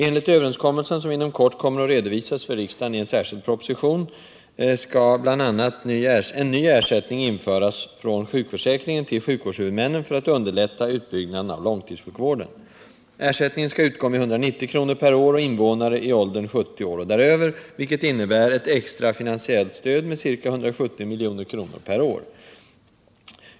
Enligt överenskommelsen, som inom kort kommer att redovisas för riksdagen i en särskild proposition, skall bl.a. en ny ersättning införas från sjukförsäkringen till sjukvårdshuvudmännen för att underlätta utbyggnaden av långtidssjukvården. Ersättningen skall utgå med 190 kr. per år och invånare i åldern 70 år och däröver, vilket innebär ett extra finansiellt stöd med ca 170 milj.kr. per år.